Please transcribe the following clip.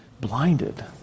blinded